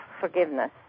forgiveness